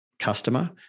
Customer